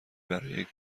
برای